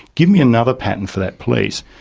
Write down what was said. give me another patent for that please.